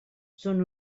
són